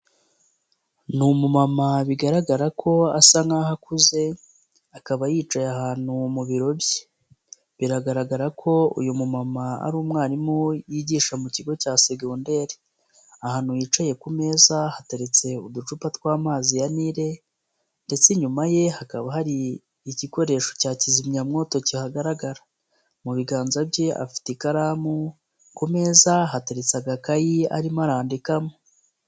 Ni umumama bigaragara ko asa nk'aho akuze akaba yicaye ahantu mu biro bye, biragaragara ko uyu mumama ari umwarimu yigisha mu kigo cya s aegonderi, ahantu yicaye ku meza hateretse uducupa tw'amazi ya Nile ndetse inyuma ye hakaba hari igikoresho cya kizimyamwoto kihagaragara, mu biganza bye afite ikaramu ku meza hateretse agakayi arimo arandikamo.